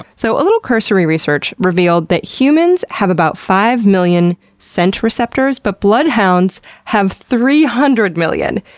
so, a little cursory research revealed that humans have about five million scent receptors, but bloodhounds have three hundred million.